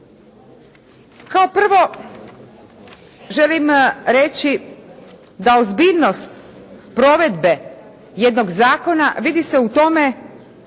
Kao prvo želim reći da ozbiljnost provedbe jednog zakona vidi se u tome